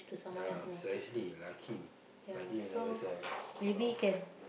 ya precisely lucky lucky you never sell it off